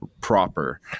proper